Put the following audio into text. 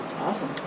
Awesome